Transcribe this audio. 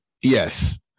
Yes